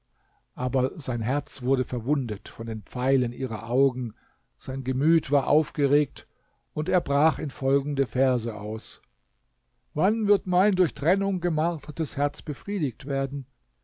aber sein herz wurde verwundet von den pfeilen ihrer augen sein gemüt war aufgeregt und er brach in folgende verse aus wann wird mein durch trennung gemartertes herz befriedigt werden